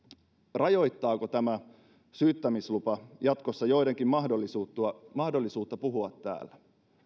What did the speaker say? rajoittaako tämä syyttämislupa jatkossa joidenkin mahdollisuutta mahdollisuutta puhua täällä